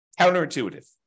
Counterintuitive